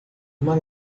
uma